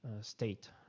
state